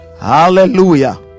hallelujah